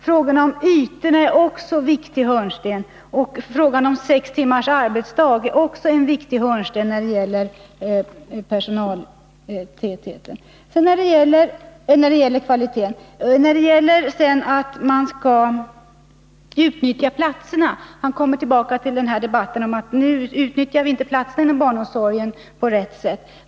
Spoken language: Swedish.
Frågan om ytor är, liksom frågan om sex timmars arbetsdag, en viktig hörnsten när det gäller kvaliteten. Rune Gustavsson kommer sedan tillbaka till debatten om att platserna inom barnomsorgen inte utnyttjas på rätt sätt.